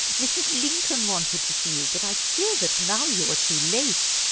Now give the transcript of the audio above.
mrs. lincoln wanted to see you, but i fear that now you are too late.